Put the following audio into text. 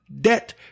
debt